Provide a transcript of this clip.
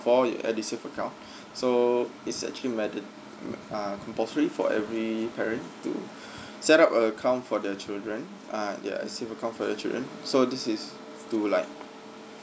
for your edusave account so it's actually made it m~ uh compulsory for every parent to set up a account for the children uh ya edusave account for your children so this is to like